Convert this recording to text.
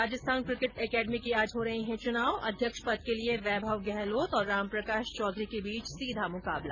Rajasthan cricket academy के आज हो रहे है चुनाव अध्यक्ष पद के लिए वैभव गहलोत और रामप्रकाश चौधरी के बीच सीधा मुकाबला